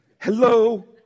Hello